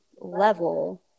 level